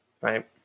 right